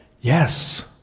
Yes